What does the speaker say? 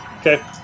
Okay